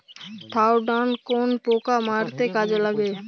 Thiodan কোন পোকা মারতে কাজে লাগে?